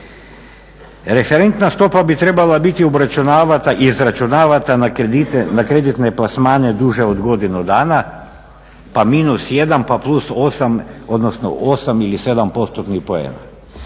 Referentna stopa bi trebala biti obračunavata i izračunavata na kreditne plasmane duže od godinu dana, pa minus jedan, pa plus osam, odnosno osam